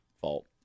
fault